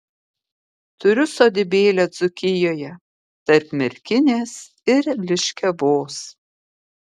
turiu sodybėlę dzūkijoje tarp merkinės ir liškiavos